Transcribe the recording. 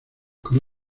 con